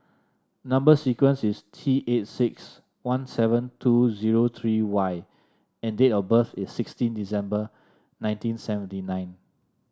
number sequence is T eight six one seven two zero three Y and date of birth is sixteen December nineteen seventy nine